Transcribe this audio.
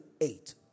eight